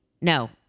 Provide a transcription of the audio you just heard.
No